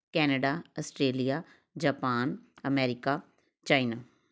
Canada Australia Japan America China